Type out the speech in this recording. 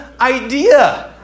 idea